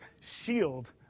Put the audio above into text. shield